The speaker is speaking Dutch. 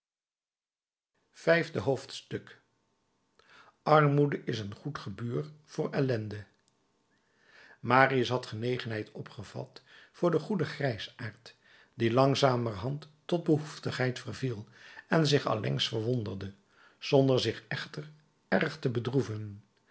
vijfde hoofdstuk armoede is een goed gebuur voor ellende marius had genegenheid opgevat voor den goeden grijsaard die langzamerhand tot behoeftigheid verviel en zich allengs verwonderde zonder zich echter erg te bedroeven